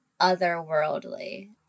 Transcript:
otherworldly